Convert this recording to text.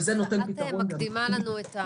וזה נותן פתרון -- את מקדימה לנו,